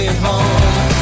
home